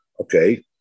Okay